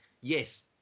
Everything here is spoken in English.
Yes